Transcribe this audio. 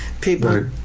People